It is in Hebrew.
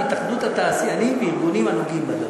עם התאחדות התעשיינים וארגונים הנוגעים בדבר.